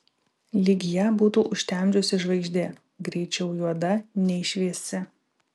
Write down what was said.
lyg ją būtų užtemdžiusi žvaigždė greičiau juoda nei šviesi